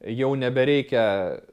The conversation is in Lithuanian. jau nebereikia